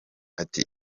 ati